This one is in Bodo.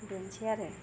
बेनोसै आरो